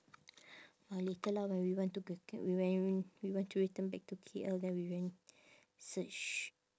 orh later lah when we want to when we want to return back to K_L then we then search